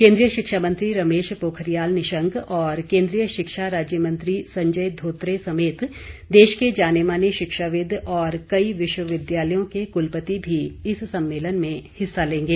केन्द्रीय शिक्षा मंत्री रमेश पोखरियाल निशंक और केन्द्रीय शिक्षा राज्य मंत्री संजय धोत्रे समेत देश के जाने माने शिक्षाविद और कई विश्वविद्यालयों के कुलपति भी इस सम्मेलन में हिस्सा लेंगे